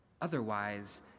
Otherwise